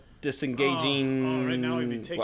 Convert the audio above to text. disengaging